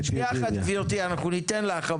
גברתי, ניתן לך.